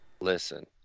Listen